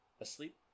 asleep